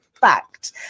fact